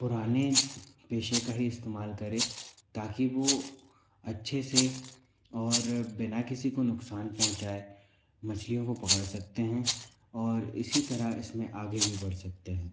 पुराने पेशे का इस्तेमाल करें ताकि वो अच्छे से और बिना किसी को नुकसान पहुँचायें मछलियों को पकड़ सकते हैं और इसी तरह इसमें आगे भी बढ़ सकते हैं